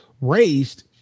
raised